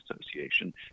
Association